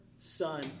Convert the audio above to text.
Son